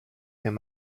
him